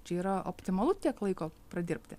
čia yra optimalu tiek laiko pradirbti